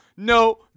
No